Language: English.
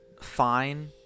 fine